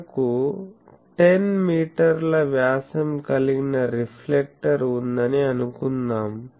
మనకు 10 మీటర్ల వ్యాసం కలిగిన రిఫ్లెక్టర్ ఉందని అనుకుందాం